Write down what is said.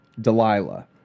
Delilah